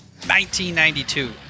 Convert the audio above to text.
1992